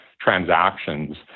transactions